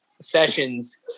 sessions